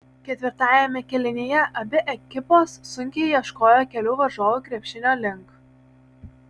ketvirtajame kėlinyje abi ekipos sunkiai ieškojo kelių varžovų krepšinio link